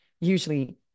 usually